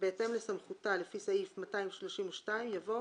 בהתאם לסמכותה לפי סעיף 232" יבוא